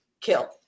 kill